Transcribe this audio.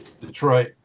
Detroit